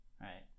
right